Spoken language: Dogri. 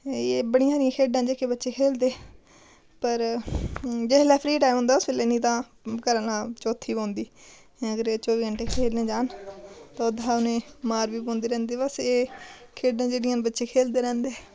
एह् बड़ियां सारियां खेढां जेह्के बच्चे खेलदे पर जेल्लै फ्री टाइम होंदा उस बी बेल्लै नेईं तां घरै आह्लें शा चौत्थ बी पौंदी अगर चौबी घैंटे खेलने जान ते ओ तां उनें मार बी पौंदी रैंह्दी बस एह् खेढां जेह्ड़ियां न बच्चे खेलदे रैंह्दे